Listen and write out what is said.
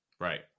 Right